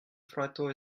frato